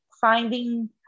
finding